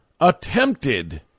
attempted